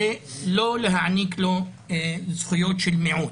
לא להעניק לו זכויות של מיעוט.